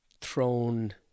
thrown